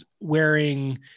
wearing